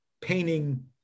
painting